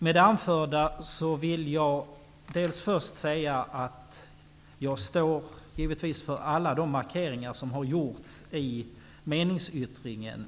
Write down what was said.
Med det anförda vill jag först säga att jag givetvis står för alla de markeringar som har gjorts i meningsyttringen.